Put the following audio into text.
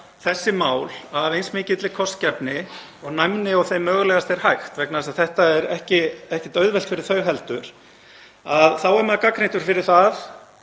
þessi mál af eins mikilli kostgæfni og næmni og mögulegt er, vegna þess að þetta er ekki auðvelt fyrir hana heldur, þá er maður gagnrýndur fyrir það